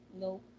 no